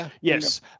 Yes